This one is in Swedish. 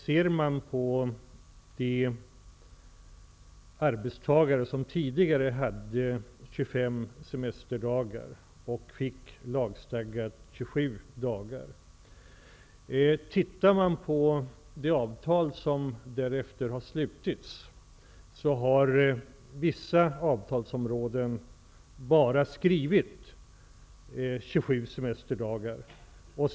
Ser man på de arbetstagare som tidigare hade 25 arbetsdagar och sedan fick lagstadgat 27 dagar och tittar man på de avtal som därefter har slutits, finner man att vissa avtalsområden bara har 27 semesterdagar inskrivna.